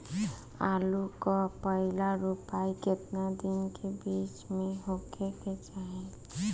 आलू क पहिला रोपाई केतना दिन के बिच में होखे के चाही?